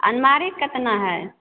अलमारी केतना हइ